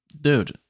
Dude